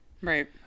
Right